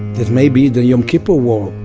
that maybe the yom kippur war